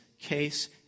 case